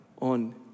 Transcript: on